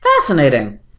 Fascinating